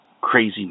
crazy